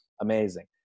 Amazing